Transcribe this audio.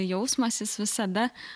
jausmas jis visada